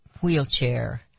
wheelchair